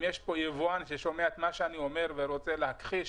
אם יש פה יבואן ששומע את מה שאני אומר ורוצה להכחיש,